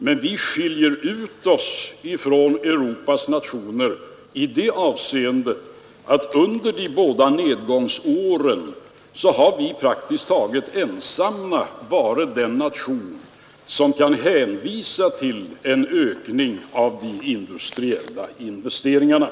Men vi skiljer ut oss från Europas nationer i det avseendet att vårt land, under de båda nedgångsåren, praktiskt taget har varit den enda nation som kunnat hänvisa till en ökning av de industriella investeringarna.